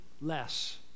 less